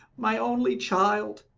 my only child,